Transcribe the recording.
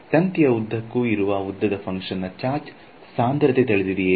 ತಂತಿಯ ಉದ್ದಕ್ಕೂ ಇರುವ ಉದ್ದದ ಫಂಕ್ಷನ್ ನ ಚಾರ್ಜ್ ಸಾಂದ್ರತೆ ತಿಳಿದಿದೆಯೇ